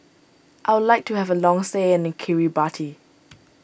I would like to have a long stay in Kiribati